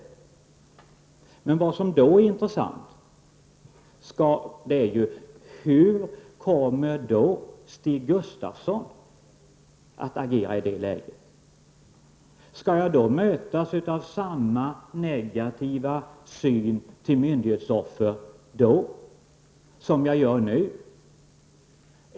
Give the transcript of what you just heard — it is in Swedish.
Vad som är intressant är hur Stig Gustafsson kommer att agera i det läget. Kommer jag då att mötas av samma negativa syn på myndighetsoffer som den jag möter nu?